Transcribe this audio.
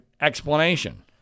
explanation